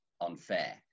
unfair